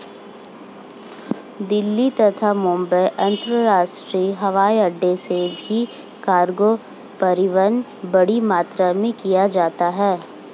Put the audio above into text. दिल्ली तथा मुंबई अंतरराष्ट्रीय हवाईअड्डो से भी कार्गो परिवहन बड़ी मात्रा में किया जाता है